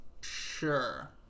Sure